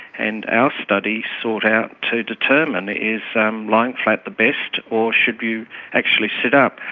and our study sought out to determine is lying flat the best or should you actually sit up.